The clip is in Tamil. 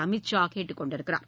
அமித் ஷா கேட்டுக் கொண்டுள்ளார்